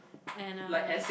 and uh